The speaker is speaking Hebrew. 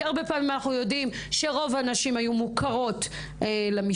כי הרבה פעמים אנחנו יודעים שרוב הנשים היו מוכרות למשטרה,